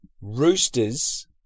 Roosters